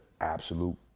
absolute